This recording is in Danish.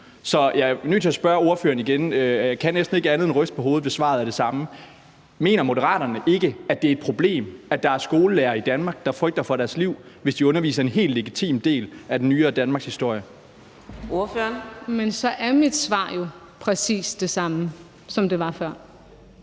Så jeg er nødt til at spørge ordføreren igen, og jeg kan næsten ikke andet end at ryste på hovedet, hvis svaret er det samme: Mener Moderaterne ikke, at det er et problem, at der er skolelærere i Danmark, der frygter for deres liv, hvis de underviser i en helt legitim del af den nyere danmarkshistorie? Kl. 13:05 Fjerde næstformand (Karina